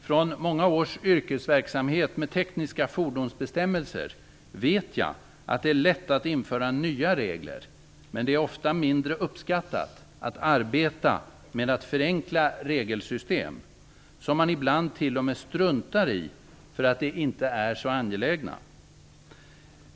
Från många års yrkesverksamhet med tekniska fordonsbestämmelser vet jag att det är lätt att införa nya regler, men det är ofta mindre uppskattat att arbeta med att förenkla regelsystem, som man ibland t.o.m. struntar i därför att de inte är så angelägna.